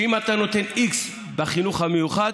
שאם אתה נותן x בחינוך המיוחד,